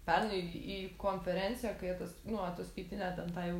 pernai į konferenciją kai atas nu ataskaitinę ten tą jau